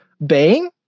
bang